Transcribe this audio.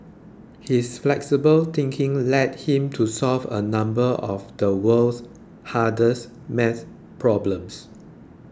his flexible thinking led him to solve a number of the world's hardest math problems